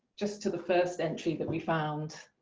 just to the first entry that we found,